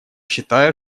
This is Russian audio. считаю